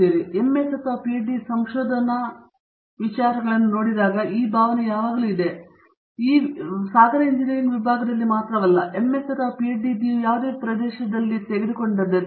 ಈಗ ನಾವು ಎಂಎಸ್ ಮತ್ತು ಪಿಎಚ್ಡಿ ಸಂಶೋಧನಾ ಕೌಟುಂಬಿಕತೆಗಳನ್ನು ನೋಡಿದಾಗ ಈ ಭಾವನೆ ಯಾವಾಗಲೂ ಇದೆ ಎಲ್ಲಾ ವಿಭಾಗಗಳಲ್ಲೂ ಸಾಗರ ಇಂಜಿನಿಯರಿಂಗ್ನಲ್ಲಿ ಮಾತ್ರವಲ್ಲ ನೀವು MS ಅಥವಾ ಪಿಎಚ್ಡಿ ಆಗಿದ್ದರೆ ನೀವು ಕಿರಿದಾದ ಪ್ರದೇಶದಲ್ಲಿ ಪರಿಣಿತರಾಗಿರುತ್ತೀರಿ